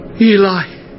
Eli